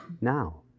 now